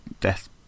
death